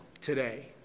today